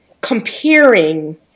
comparing